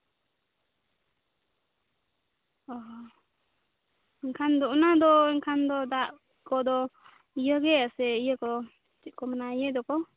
ᱚ ᱮᱱᱠᱷᱟᱱ ᱫᱚ ᱚᱱᱟᱫᱚ ᱫᱟᱜ ᱠᱚᱫᱚ ᱤᱭᱟᱹ ᱜᱮ ᱥᱮ ᱤᱭᱟᱹ ᱠᱚ ᱪᱮᱫ ᱠᱚ ᱢᱮᱱᱟ ᱤᱭᱟᱹᱭ ᱫᱚᱠᱚ